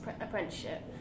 apprenticeship